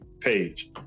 page